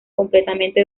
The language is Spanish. completamente